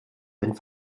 sind